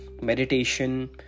meditation